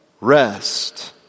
rest